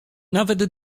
nawet